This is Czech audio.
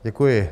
Děkuji.